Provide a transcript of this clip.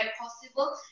possible